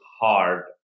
hard